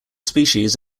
species